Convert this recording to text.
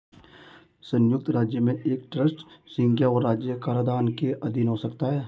संयुक्त राज्य में एक ट्रस्ट संघीय और राज्य कराधान के अधीन हो सकता है